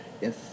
Yes